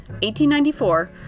1894